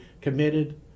committed